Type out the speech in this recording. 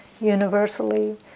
universally